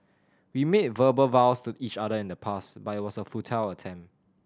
we made verbal vows to each other in the past but it was a futile attempt